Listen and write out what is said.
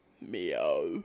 Meow